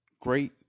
great